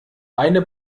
eine